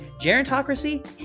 gerontocracy